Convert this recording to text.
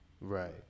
Right